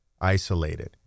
isolated